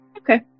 Okay